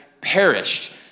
perished